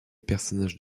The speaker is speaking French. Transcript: personnage